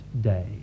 day